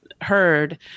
heard